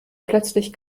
plötzlich